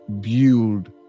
build